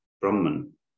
Brahman